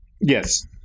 Yes